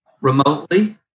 remotely